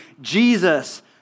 Jesus